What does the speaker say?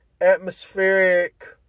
atmospheric